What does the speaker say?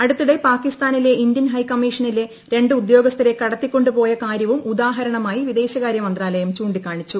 അടുത്തിടെ പാകിസ്ഥാനിലെ ഇന്തൃൻ ഹൈകമ്മീഷനിലെ രണ്ട് ഉദ്യോഗസ്ഥരെ കടത്തിക്കൊണ്ട് പോയ കാര്യവും ഉദാഹരമണമായി വിദേശകാര്യ മന്ത്രാലയം ചൂണ്ടിക്കാണിച്ചു